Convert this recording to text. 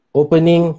opening